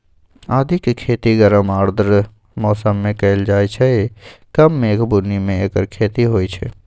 आदिके खेती गरम आर्द्र मौसम में कएल जाइ छइ कम मेघ बून्नी में ऐकर खेती होई छै